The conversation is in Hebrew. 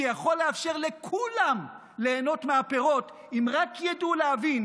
שיכול לאפשר לכולם ליהנות מהפירות אם רק ידעו להבין